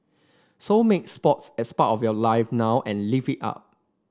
so make sports as part of your life now and live it up